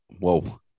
Whoa